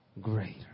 greater